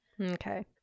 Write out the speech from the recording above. Okay